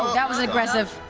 that was aggressive.